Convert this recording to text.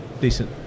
decent